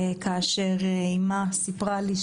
אימה סיפרה לי,